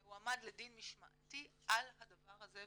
והוא עמד לדין משמעתי על הדבר הזה,